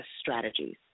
strategies